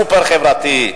סופר-חברתי.